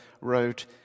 wrote